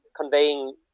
conveying